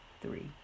three